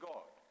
God